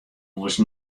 moast